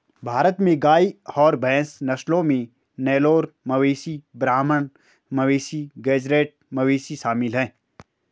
भारत में गाय और भैंस नस्लों में नेलोर मवेशी ब्राह्मण मवेशी गेज़रैट मवेशी शामिल है